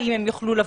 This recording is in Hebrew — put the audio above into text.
האם הם יוכלו לבוא.